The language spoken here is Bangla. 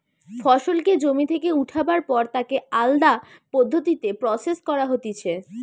ফসলকে জমি থেকে উঠাবার পর তাকে আলদা পদ্ধতিতে প্রসেস করা হতিছে